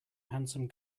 handsome